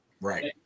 Right